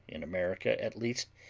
in america at least,